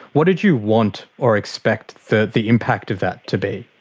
what did you want or expect the the impact of that to be?